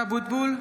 (קוראת בשמות חברי הכנסת) משה אבוטבול,